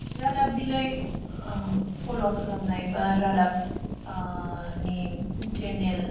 रादाब बिलाइ फल' खालामनाय बा रादाब नि सेनेल